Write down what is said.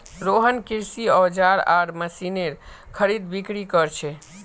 रोहन कृषि औजार आर मशीनेर खरीदबिक्री कर छे